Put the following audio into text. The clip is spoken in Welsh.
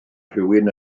rhywun